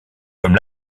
comme